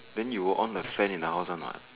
then you will on the fan in the house one night